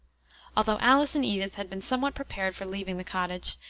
although alice and edith had been somewhat prepared for leaving the cottage,